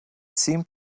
seemed